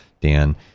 Dan